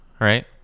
Right